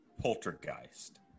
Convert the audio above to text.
poltergeist